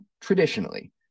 traditionally